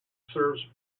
serves